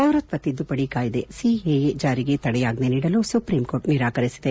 ಪೌರತ್ವ ತಿದ್ದುಪದಿ ಕಾಯ್ದೆ ಸಿಎಎ ಜಾರಿಗೆ ತಡೆಯಾಜ್ಞೆ ನೀಡಲು ಸುಪ್ರೀಂಕೋರ್ಟ್ ನಿರಾಕರಿಸಿದೆ